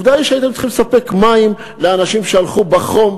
עובדה היא שהייתם צריכים לספק מים לאנשים שהלכו בחום,